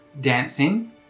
dancing